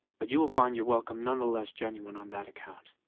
but you will find your welcome none the less genuine on that account.